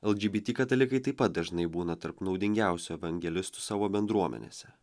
lgbt katalikai taip pat dažnai būna tarp naudingiausių evangelistų savo bendruomenėse